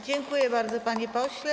Dziękuję bardzo, panie pośle.